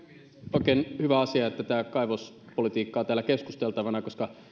oikein hyvä asia että tämä kaivospolitiikka on täällä keskusteltavana koska